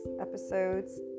Episodes